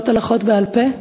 מאות הלכות בעל-פה,